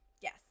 Yes